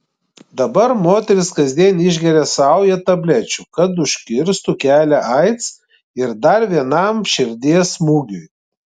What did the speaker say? dabar moteris kasdien išgeria saują tablečių kad užkirstų kelią aids ir dar vienam širdies smūgiui